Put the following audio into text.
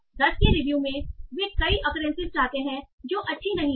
10 की रिव्यू में वे कई अकरेंसीस चाहते हैं जो अच्छी नहीं हैं